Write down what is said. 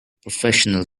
professional